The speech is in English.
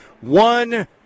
One